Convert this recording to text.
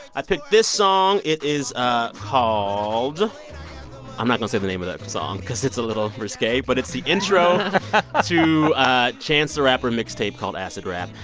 i picked this song. it is ah called i'm not going say the name of that song because it's a little risque. but it's the intro to chance the rapper mixtape called acid rap.